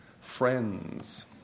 friends